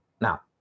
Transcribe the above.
now